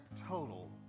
total